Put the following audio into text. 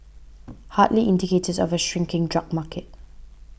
hardly indicators of a shrinking drug market